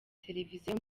televiziyo